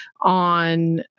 on